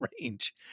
range